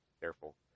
careful